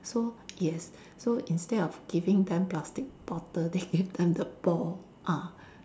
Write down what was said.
so yes so instead of giving them plastic bottle they give them the ball ah